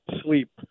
sleep